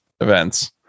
events